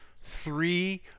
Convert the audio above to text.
three